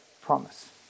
promise